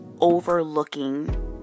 overlooking